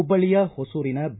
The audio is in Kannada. ಹುಬ್ಬಳ್ಳಯ ಹೊಸೂರಿನ ಬಿ